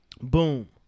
boom